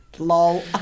Lol